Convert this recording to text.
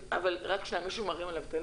מישהו מתקשר אליו?